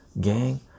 gang